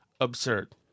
absurd